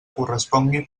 correspongui